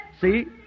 See